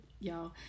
y'all